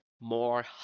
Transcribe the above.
more